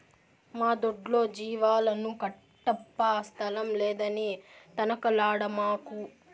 మా దొడ్లో జీవాలను కట్టప్పా స్థలం లేదని తనకలాడమాకు